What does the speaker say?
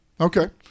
Okay